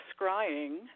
scrying